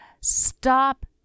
Stop